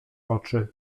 oczy